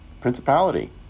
principality